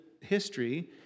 history